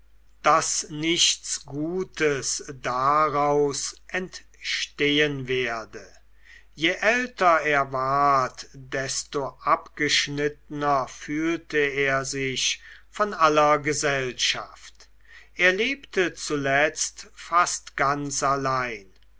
daß nichts gutes daraus entstehen werde je älter er ward desto abgeschnittener fühlte er sich von aller gesellschaft er lebte zuletzt fast ganz allein